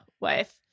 wife